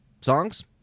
Songs